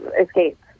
escape